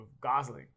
Gosling